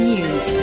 News